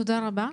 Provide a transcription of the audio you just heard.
תודה רבה.